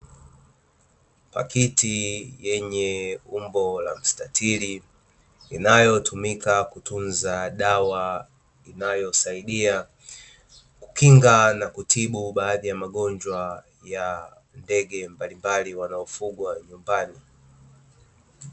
Pakiti yenye umbo la mstatili, inayotumika kutunza dawa inayosaidia kukinga na kutibu baadhi ya magonjwa ya ndege mbalimbali wanaofugwa nyumbani.